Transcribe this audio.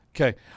Okay